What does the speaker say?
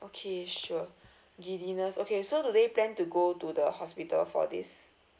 okay sure giddiness okay so do they plan to go to the hospital for this